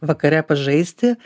vakare pažaisti